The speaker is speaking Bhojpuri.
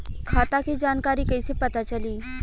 खाता के जानकारी कइसे पता चली?